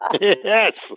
Yes